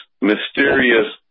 mysterious